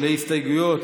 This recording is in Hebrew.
הסתייגויות